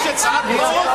מי אתה כאן?